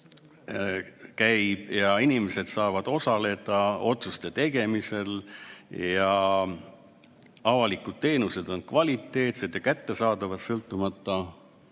käib ja inimesed saavad osaleda otsuste tegemisel, avalikud teenused on kvaliteetsed ja kättesaadavad, sõltumata